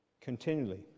Continually